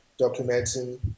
documenting